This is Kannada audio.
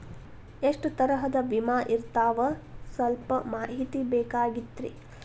ಎಷ್ಟ ತರಹದ ವಿಮಾ ಇರ್ತಾವ ಸಲ್ಪ ಮಾಹಿತಿ ಬೇಕಾಗಿತ್ರಿ